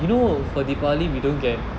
you know what the bali we do care